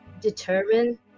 determine